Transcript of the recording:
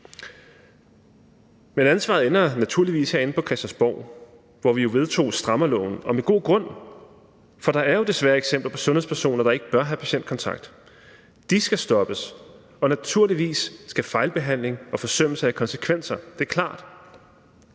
Men ansvaret ender naturligvis herinde på Christiansborg, hvor vi vedtog strammerloven – og med god grund, for der er jo desværre eksempler på sundhedspersoner, der ikke bør have patientkontakt. De skal stoppes, og naturligvis skal fejlbehandling og forsømmelse have konsekvenser, det er klart.